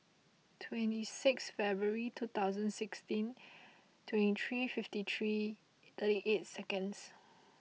twenty six February twenty sixteen twenty three fifty three thirty eight seconds